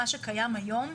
מה שקיים היום,